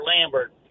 lambert